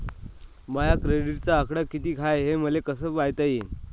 माया क्रेडिटचा आकडा कितीक हाय हे मले कस पायता येईन?